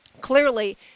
clearly